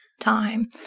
time